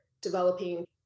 developing